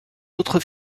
autres